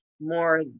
more